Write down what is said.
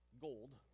gold